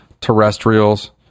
terrestrials